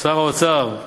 שר האוצר,